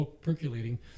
Percolating